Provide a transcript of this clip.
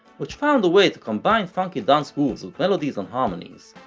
which found a way to combine funky dance grooves with melodies and harmonies,